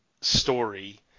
story